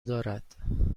دارد